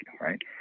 right